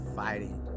fighting